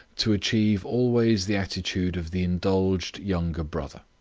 to achieve always the attitude of the indulged younger brother.